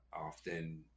often